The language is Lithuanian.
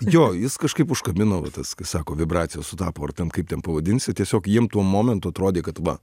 jo jis kažkaip užkabino va tas kai sako vibracijos sutapo ar ten kaip ten pavadinsi tiesiog jiem tuo momentu atrodė kad va